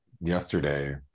yesterday